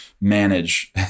manage